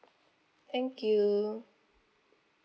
thank you